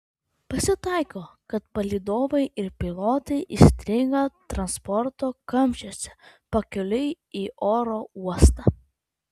pasitaiko kad palydovai ir pilotai įstringa transporto kamščiuose pakeliui į oro uostą